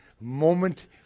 moment